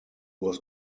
was